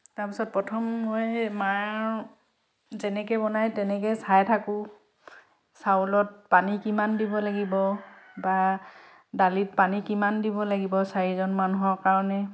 তাৰ পাছত প্ৰথম মই মাৰ যেনেকৈ বনায় তেনেকৈ চাই থাকোঁ চাউলত পানী কিমান দিব লাগিব বা দালিত পানী কিমান দিব লাগিব চাৰিজন মানুহৰ কাৰণে